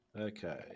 okay